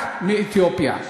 רק מאתיופיה.